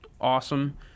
awesome